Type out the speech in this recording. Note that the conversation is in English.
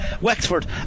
Wexford